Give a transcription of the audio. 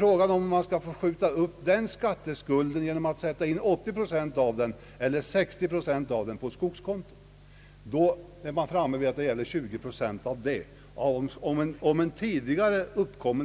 Man vill alltså skjuta upp denna skatteskuld genom att sätta in 80 respektive 60 procent av den på skogskonto. Skillnaden utgör 20 procent. Frågan gäller alltså om en tidigare